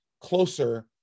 closer